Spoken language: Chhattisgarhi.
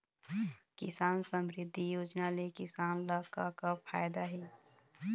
किसान समरिद्धि योजना ले किसान ल का का फायदा हे?